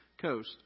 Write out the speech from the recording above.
coast